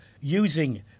using